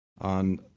on